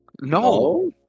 No